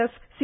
FC